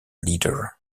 leader